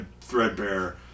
threadbare